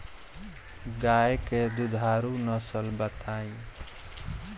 गाय के दुधारू नसल बताई?